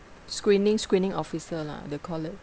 screening screening officer lah they call it